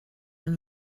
when